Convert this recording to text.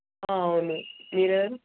అవును మీరెవరు